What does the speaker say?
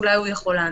אולי הוא יכול לענות.